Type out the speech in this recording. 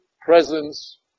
presence